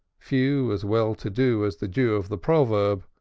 few as well-to-do as the jew of the proverb,